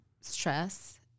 stress